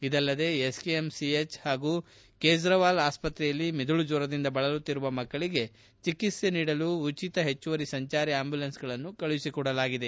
ಇದಲ್ಲದೆ ಎಸ್ಕೆಎಂಸಿಎಚ್ ಹಾಗೂ ಕೆಜ್ರವಾಲ್ ಆಸ್ವತ್ರೆಯಲ್ಲಿ ಮೆದುಳು ಜ್ವರದಿಂದ ಬಳಲುತ್ತಿರುವ ಮಕ್ಕಳಿಗೆ ಚಿಕಿತ್ಸೆ ನೀಡಲು ಉಚಿತ ಹೆಚ್ಚುವರಿ ಸಂಚಾರಿ ಆಂಬ್ದುಲೆನ್ಸ್ಗಳನ್ನು ಕಳುಹಿಸಿಕೊಡಲಾಗಿದೆ